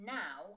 now